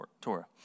Torah